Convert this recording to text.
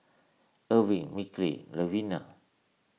Erving Micky Levina